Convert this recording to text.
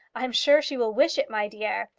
i'm sure she will wish it, my dear.